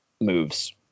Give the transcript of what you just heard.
moves